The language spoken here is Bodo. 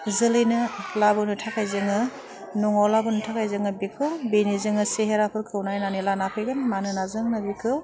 जोलैनो लाबोनो थाखाय जोङो न'वाव लाबोनो थाखाय जोङो बेखौ बेनि जोङो सेहेराफोरखौ नायनानै लाना फैगोन मानोना जोंनो बेखौ